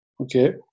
okay